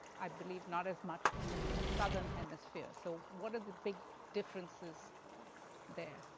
i believe not as much in the southern hemisphere. so what are the big differences there?